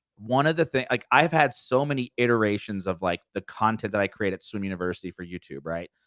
one of the things, like i've had so many iterations of like the content that i create at swim university for youtube, right?